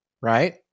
Right